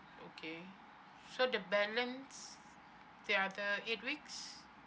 okay so the balance their the eight weeks